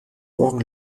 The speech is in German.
wochen